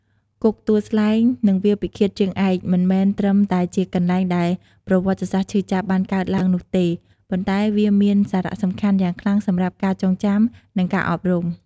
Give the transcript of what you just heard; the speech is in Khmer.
គុកទួលស្លែង និងវាលពិឃាតជើងឯក មិនមែនត្រឹមតែជាកន្លែងដែលប្រវត្តិសាស្ត្រឈឺចាប់បានកើតឡើងនោះទេ ប៉ុន្តែវាមានសារៈសំខាន់យ៉ាងខ្លាំងសម្រាប់ការចងចាំ និងការអប់រំ។